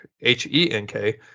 H-E-N-K